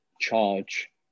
charge